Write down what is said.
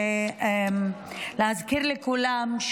להזכיר לכולם,